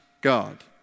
God